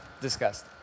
discussed